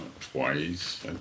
Twice